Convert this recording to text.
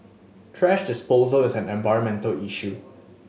thrash disposal is an environmental issue